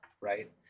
right